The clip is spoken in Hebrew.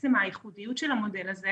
בעצם הייחודיות של המודל הזה